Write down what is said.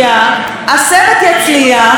והוא יקבל החזר מהמדינה.